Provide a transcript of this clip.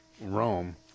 Rome